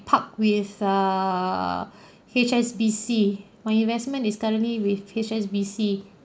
park with err H_S_B_C my investment is currently with H_S_B_C